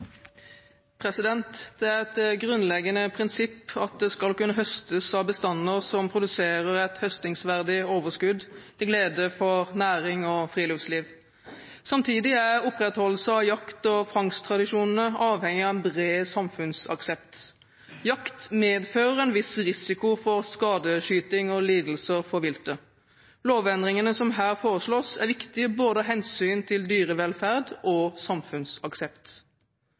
Det er et grunnleggende prinsipp at det skal kunne høstes av bestander som produserer et høstingsverdig overskudd til glede for næring og friluftsliv. Samtidig er opprettholdelse av jakt og fangsttradisjonene avhengig av en bred samfunnsaksept. Jakt medfører en viss risiko for skadeskyting og lidelser for viltet. Lovendringene som her foreslås, er viktige av hensyn til både dyrevelferd og samfunnsaksept.